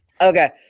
Okay